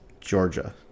Georgia